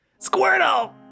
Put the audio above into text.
Squirtle